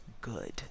good